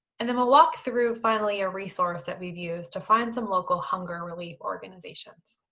and then we'll walk through, finally, a resource that we've used to find some local hunger relief organizations.